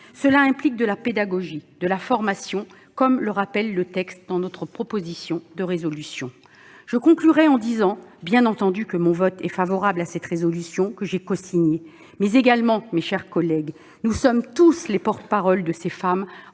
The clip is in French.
Cela implique de la pédagogie, de la formation, comme le rappelle le texte de notre proposition de résolution. Je conclurai en disant que mon vote est bien entendu favorable à cette proposition de résolution que j'ai cosignée, mais également, mes chers collègues, que nous sommes tous les porte-parole de ces femmes